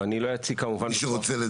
לא אציג את